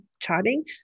charting